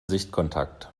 sichtkontakt